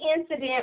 incident